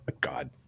God